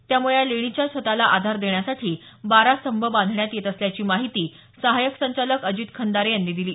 त्यामुळे या लेणीच्या छताला आधार देण्यासाठी बारा स्तंभ बांधण्यात येत असल्याची माहिती सहायक संचालक अजित खंदारे यांनी दिली